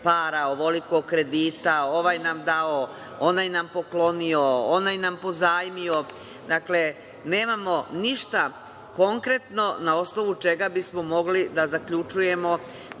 para, ovoliko kredita, ovaj nam dao, onaj nam poklonio, onaj nam pozajmio. Dakle, nemamo ništa konkretno na osnovu čega bismo mogli da zaključujemo